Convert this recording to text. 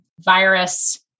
virus